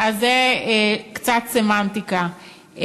זה קצת סמנטיקה.